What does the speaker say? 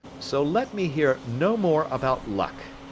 so let me hear no more about luck,